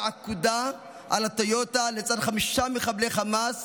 עקודה על הטיוטה לצד חמישה מחבלי חמאס